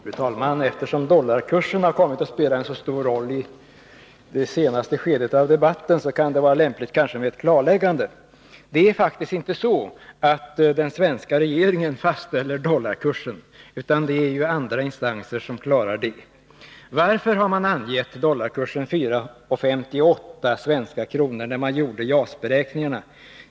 Fru talman! Eftersom dollarkursen har kommit att spela en så stor roll i det senaste skedet av debatten kan det kanske vara lämpligt med ett klarläggande. Det är faktiskt inte så att den svenska regeringen fastställer dollarkursen, utan det är ju andra instanser som klarar det. Varför angav man dollarkursen till 4:58 svenska kronor, när man gjorde JAS-beräkningarna?